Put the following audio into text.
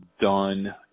done